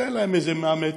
תן להם איזה 100 מטר,